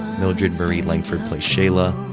mildred marie langford plays shayla.